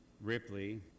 Ripley